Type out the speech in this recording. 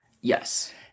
Yes